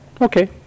okay